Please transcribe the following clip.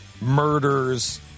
murders